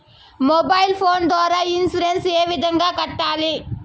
mobile phone ద్వారా insurance ఏ విధంగా కట్టాలి